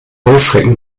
heuschrecken